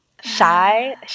Shy